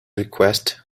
request